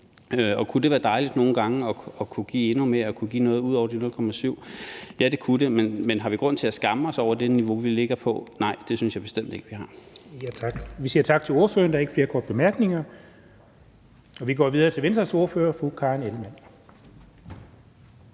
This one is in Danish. kunne det være dejligt nogle gange at kunne give endnu mere og kunne give noget ud over de 0,7 pct.? Ja, det kunne det. Men har vi grund til at skamme os over det niveau, vi ligger på? Nej, det synes jeg bestemt ikke vi har. Kl. 17:36 Den fg. formand (Jens Henrik Thulesen Dahl): Tak. Vi siger tak til ordføreren. Der er ikke flere korte bemærkninger. Vi går videre til Venstres ordfører, fru Karen Ellemann.